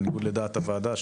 ובניגוד לדעת הוועדה,